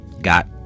got